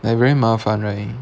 like very 麻烦 right